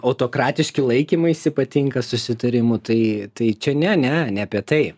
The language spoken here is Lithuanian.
autokratiški laikymaisi patinka susitarimų tai tai čia ne ne apie tai